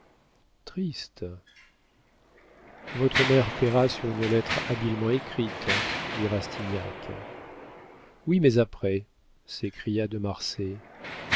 triste votre mère payera sur une lettre habilement écrite dit rastignac oui mais après s'écria de marsay